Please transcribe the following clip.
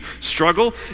struggle